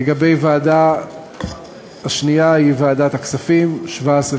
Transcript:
לגבי הוועדה השנייה, היא ועדת הכספים, 17 חברים,